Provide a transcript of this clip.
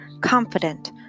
confident